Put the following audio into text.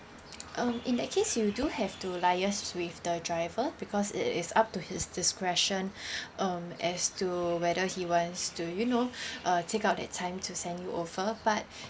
um in that case you do have to liaise with the driver because it is up to his discretion um as to whether he wants to you know uh take out that time to send you over but